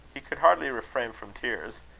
he could hardly refrain from tears.